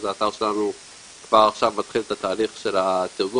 אז האתר שלנו כבר עכשיו מתחיל את התהליך של התרגום,